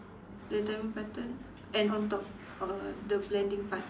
the diamond button and on top on the blending part